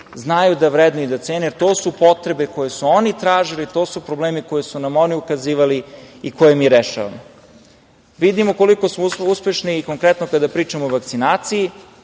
znaju da vrednuju i da cene, jer su to su potrebe koje su oni tražili. To su problemi na koje su nam oni ukazivali i koje mi rešavamo. Vidimo koliko smo uspešni i konkretno kada pričamo o vakcinaciji